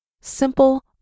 simple